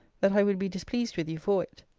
that i would be displeased with you for it.